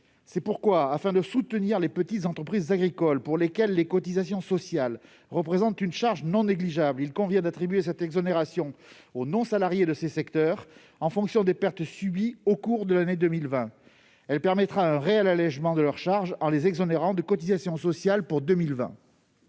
C'est pourquoi, afin de soutenir les petites entreprises agricoles pour lesquelles les cotisations sociales représentent une charge non négligeable, il convient d'attribuer cette exonération aux non-salariés de ces secteurs, en fonction des pertes subies au cours de l'année 2020. Elle permettra un réel allégement de leurs charges, en les exonérant de cotisations sociales pour 2020.